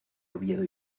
oviedo